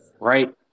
right